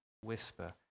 whisper